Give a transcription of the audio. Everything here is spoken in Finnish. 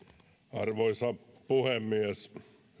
arvoisa puhemies